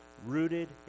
Rooted